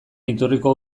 iturriko